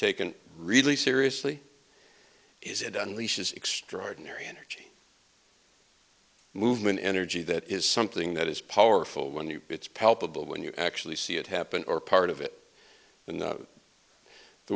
taken really seriously is it unleashes extraordinary energy movement energy that is something that is powerful when you it's palpable when you actually see it happen or part of it and the